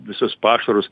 visus pašarus